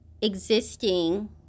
existing